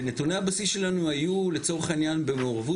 ונתוני הבסיס שלנו היו לצורך העניין במעורבות